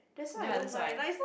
ya that's why